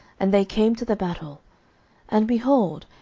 and they came to the battle and, behold,